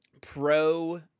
pro